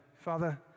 Father